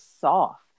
soft